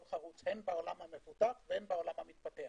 חרוץ הן בעולם המפותח והן בעולם המתפתח.